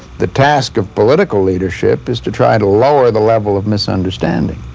the task of political leadership is to try to lower the level of misunderstanding.